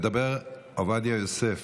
מדבר עובדיה יוסף.